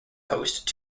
host